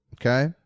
okay